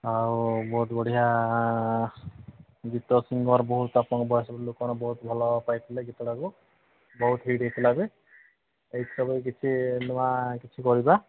ଆଉ ବହୁତ ବଢ଼ିଆ ଗୀତ ସିଙ୍ଗର୍ ବହୁତ ଆପଣଙ୍କ ଭଏସ୍ ଲୋକମାନେ ବହୁତ ଭଲ ପାଇଥିଲେ ଗୀତଟାକୁ ବହୁତ ହିଟ୍ ହୋଇଥିଲା ବି ଏଇସବୁ କିଛି ନୂଆ କିଛି କରିବା